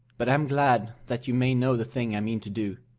but am glad, that you may know the thing i mean to do.